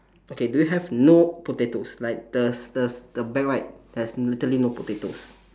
okay do you have no potatoes like the the the back right there's literally no potatoes